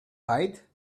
bite